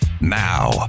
Now